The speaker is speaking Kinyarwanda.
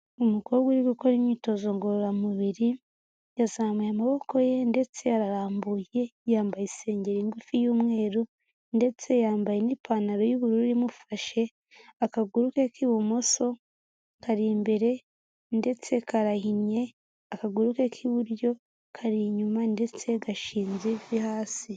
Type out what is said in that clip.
Umukobwa uri gukora imyitozo ngororamubiri, yazamuye amaboko ye ndetse ararambuye, yambaye isengeri ngufi y'umweru ndetse yambaye n'ipantaro y'ubururu imufashe, akaguru ke k'ibumoso kari imbere ndetse karahinye, akaguru ke k'iburyo kari inyuma ndetse gashinze ivi hasi.